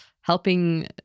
helping